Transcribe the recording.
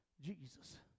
Jesus